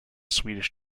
swedish